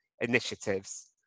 initiatives